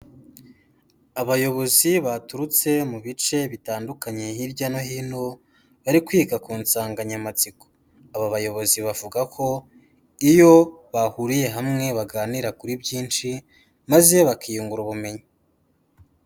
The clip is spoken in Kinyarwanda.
Abayobozi baturutse mu bice bitandukanye hirya no hino bari kwiga ku nsanganyamatsiko, aba bayobozi bavuga ko iyo bahuriye hamwe baganira kuri byinshi maze bakiyungura ubumenyi.